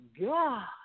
God